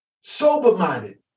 Sober-minded